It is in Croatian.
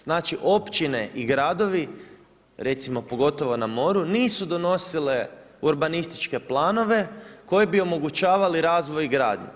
Znači, općine i gradovi, recimo pogotovo na moru, nisu donosile urbanističke planove koji bi omogućavali razvoj gradnje.